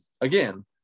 again